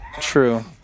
True